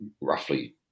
roughly